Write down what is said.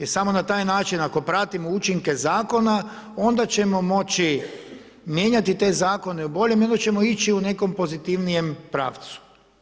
I samo na taj način ako pratimo učinke zakona onda ćemo moći mijenjati te zakone na bolje i onda ćemo ići u nekom pozitivnijem pravcu.